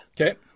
Okay